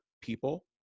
people